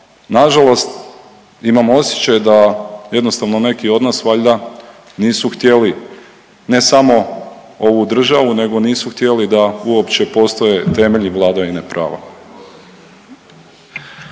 Nažalost, imam osjećaj da jednostavno neki od nas valjda nisu htjeli ne samo ovu državu nego nisu htjeli da uopće postoje temelji vladavine prava.